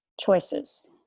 choices